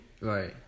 Right